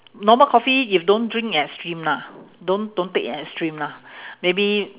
normal coffee you don't drink in extreme lah don't don't take in extreme lah maybe